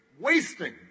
wasting